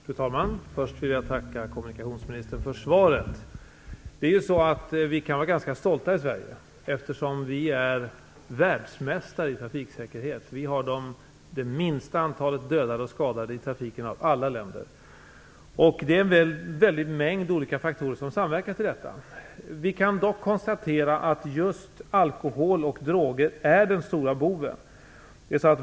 Fru talman! Först vill jag tacka kommunikationsministern för svaret. Vi kan vara ganska stolta i Sverige, eftersom vi är världsmästare i trafiksäkerhet. Vi har det minsta antalet dödade och skadade i trafiken av alla länder. Det är en mängd olika faktorer som samverkar till detta. Vi kan dock konstatera att just alkohol och droger är den stora boven.